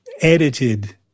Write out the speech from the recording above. edited